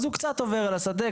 אז הוא קצת עובר על השדה,